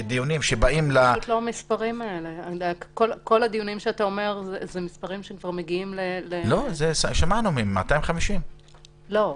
כל הדיונים שאתה אומר זה מספרים שכבר מגיעים --- שמענו מהם 250. לא.